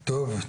טוב,